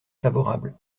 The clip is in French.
favorable